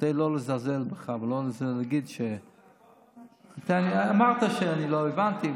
כדי לא לזלזל בך, אמרת שאני לא הבנתי.